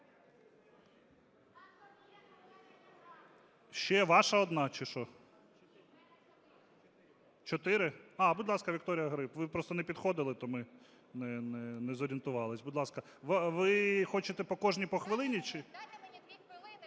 Дайте мені дві хвилини